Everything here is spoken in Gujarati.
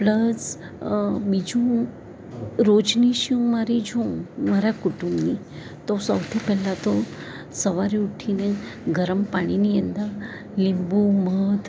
પ્લસ બીજું રોજની શું મારી છું મારા કુટુંબની તો સૌથી પહેલા તો સવારે ઊઠીને ગરમ પાણીની અંદર લીંબુ મધ